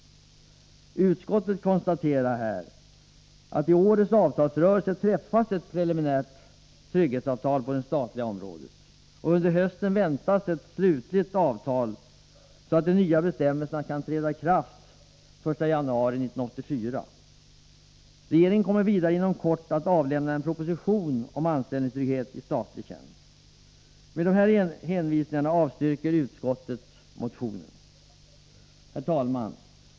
Utskottet konstaterar att det i årets avtalsrörelse har träffats ett preliminärt trygghetsavtal på det statliga området. Under hösten väntas ett slutligt avtal, så att de nya bestämmelserna kan träda i kraft den 1 januari 1984. Regeringen kommer vidare inom kort att avlämna en proposition om anställningstrygghet i statlig tjänst. Med dessa hänvisningar avstyrker utskottet motionen. Herr talman!